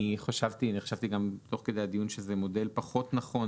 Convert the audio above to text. אני חשבתי גם תוך כדי הדיון שזה מודל פחות נכון,